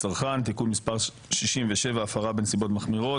הצעת חוק העונשין (תיקון מספר 149) (הוספת עבירה של גביית